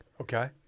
okay